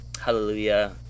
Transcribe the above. Hallelujah